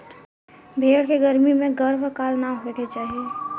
भेड़ के गर्मी में गर्भकाल ना होखे के चाही